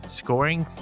scoring